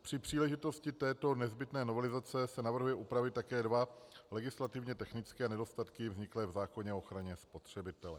Při příležitosti této nezbytné novelizace se navrhuje upravit také dva legislativně technické nedostatky vzniklé v zákoně o ochraně spotřebitele.